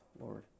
Lord